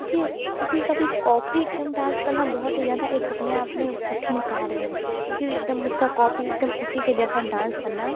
क्योंकि किसी का भी कॉपी एक दम डांस करना बहुत ही ज़्यादा एक अपने आप में कठिन कार्य है क्योंकि एक दम उसका कॉपी एक दम उसी के जैसा डांस करना